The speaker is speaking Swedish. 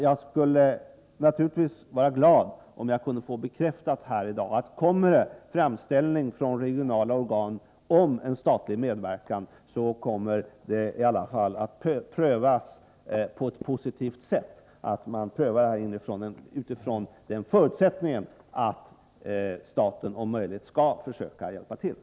Jag skulle naturligtvis vara glad om jag här i dag kunde få bekräftat att eventuella framställningar från regionala organ om statlig medverkan i alla fall kommer att prövas på ett positivt sätt, utifrån den förutsättningen att staten om möjligt skall försöka hjälpa till.